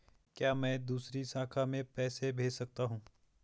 क्या मैं दूसरी शाखा में पैसे भेज सकता हूँ?